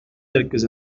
quelques